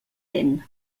dent